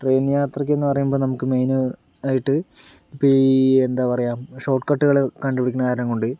train യാത്രക്കെന്ന് പറയുമ്പോൾ നമുക്ക് മെയിന് ആയിട്ട് ഇപ്പം ഈ എന്താ പറയുക ഷോട്ട് കട്ടുകൾ കണ്ടുപിടിക്കുന്ന കാരണം കൊണ്ട്